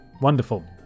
Wonderful